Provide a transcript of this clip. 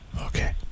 Okay